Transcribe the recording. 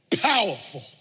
Powerful